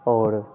और